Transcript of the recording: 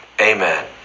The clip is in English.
Amen